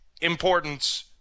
importance